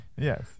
Yes